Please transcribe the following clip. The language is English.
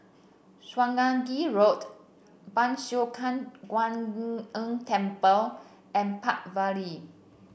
Swanage Road Ban Siew San Kuan Im Tng Temple and Park Vale